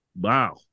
Wow